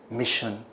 mission